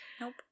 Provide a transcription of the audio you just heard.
Nope